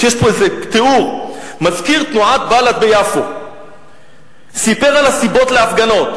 יש פה איזה תיאור: מזכיר תנועת בל"ד ביפו סיפר על הסיבות להפגנות.